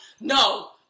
no